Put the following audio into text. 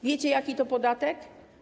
Wiecie, jaki to podatek?